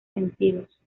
sentidos